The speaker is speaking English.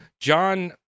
John